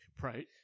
Right